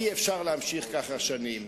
אי-אפשר להמשיך כך שנים.